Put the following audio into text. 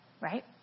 Right